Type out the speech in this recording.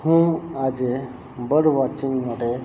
હું આજે bird watching માટે